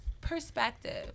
Perspective